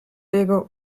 jego